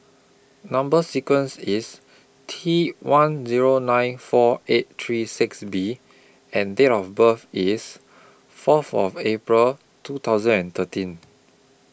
Number sequence IS T one Zero nine four eight three six B and Date of birth IS Fourth of April two thousand and thirteen